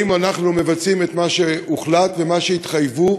האם אנחנו מבצעים את מה שהוחלט ואת מה שהתחייבו,